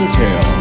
tell